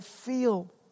feel